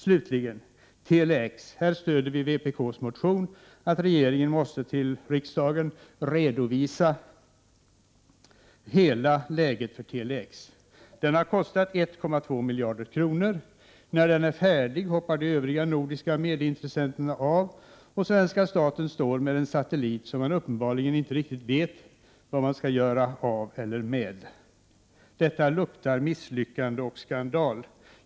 Slutligen när det gäller Tele-X stöder vi vpk:s motion om att regeringen för riksdagen måste redovisa hela läget för Tele-X. Projektet har kostat 1,2 miljarder kronor. När det är färdigt hoppar de övriga nordiska medintressenterna av, och svenska staten står med en satellit som man uppenbarligen inte riktigt vet hur man skall bruka, vad man skall göra av eller med den. Detta luktar misslyckande och skandal.